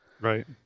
right